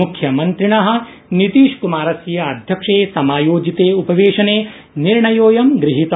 मुख्यमंत्रिण नीतीशक्मारस्य आध्यक्षे समायोजिते उपवेशने निर्णयोऽयं गृहीतः